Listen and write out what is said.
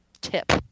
tip